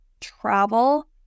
travel